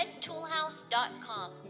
redtoolhouse.com